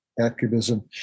activism